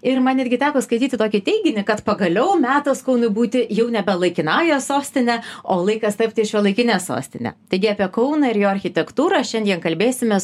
ir man irgi teko skaityti tokį teiginį kad pagaliau metas kaunui būti jau nebe laikinąja sostine o laikas tapti šiuolaikine sostine taigi apie kauną ir jo architektūrą šiandien kalbėsimės